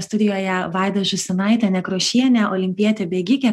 studijoje vaida žūsinaitė nekrošienė olimpietė bėgikė